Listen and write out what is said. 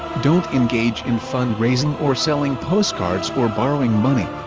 don't engage in fund-raising or selling postcards or borrowing money.